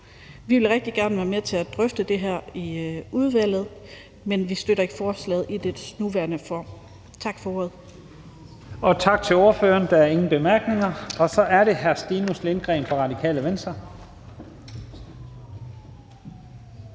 Vi vil rigtig gerne være med til at drøfte det her i udvalget, men vi støtter ikke forslaget i dets nuværende form. Tak for ordet. Kl. 12:34 Første næstformand (Leif Lahn Jensen): Tak til ordføreren. Der er ingen korte bemærkninger. Så er det hr. Stinus Lindgreen fra Radikale Venstre.